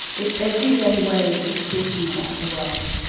it's everyday ways of speaking about the world,